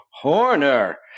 Horner